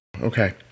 Okay